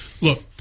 look